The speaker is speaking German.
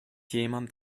jemand